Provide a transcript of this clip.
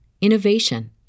innovation